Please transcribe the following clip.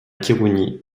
khirouni